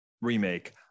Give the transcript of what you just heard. remake